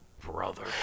brother